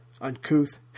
uncouth